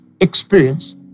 experience